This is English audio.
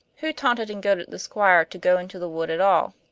who taunted and goaded the squire to go into the wood at all?